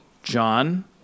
John